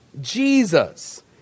Jesus